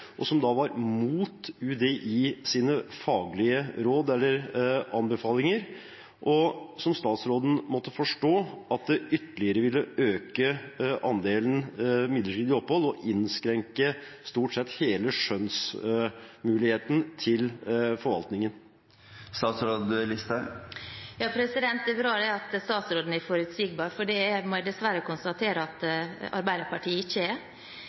som var mot UDIs faglige råd eller anbefalinger, og som statsråden måtte forstå ville ytterligere øke andelen midlertidige opphold og innskrenke stort sett hele skjønnsmuligheten til forvaltningen? Det er bra statsråden er forutsigbar, for det må jeg dessverre konstatere at Arbeiderpartiet ikke er.